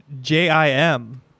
J-I-M